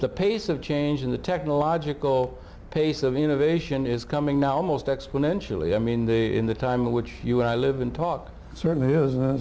the pace of change in the technological pace of innovation is coming now almost exponentially i mean in the time in which you and i live and talk certainly is